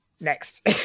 Next